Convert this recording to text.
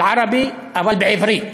בערבית, אבל בעברית.